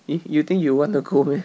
if you think you want to go meh